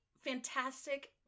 fantastic